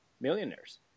millionaires